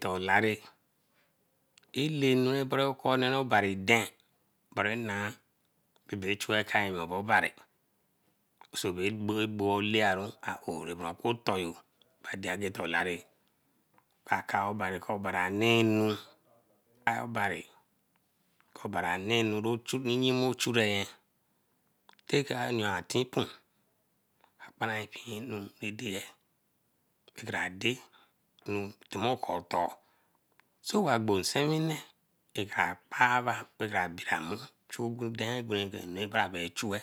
Don olare elenu bere okone bari den, bari nah babechuey ekayo wenso obari. sobe egbo egbo orari airoo oku-otonyo bari. Oka ka obari ko obari wanenu kai obari ko obari obariwanenu ochu yime chureyen. takara ayon a tinpun oka paran pee anu rah deye. Tinkere adey timoko tor. Sowabo nsewine, oka baramu dein ba bae chuwe